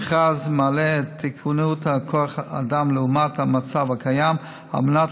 המכרז מעלה את תקינת כוח האדם לעומת המצב הקיים על מנת